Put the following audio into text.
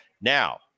Now